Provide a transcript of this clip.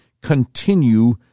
continue